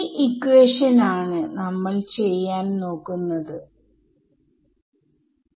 mid point ഒന്ന് തന്നെയാണ്